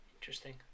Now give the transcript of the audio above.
Interesting